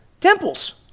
temples